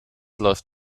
läuft